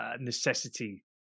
necessity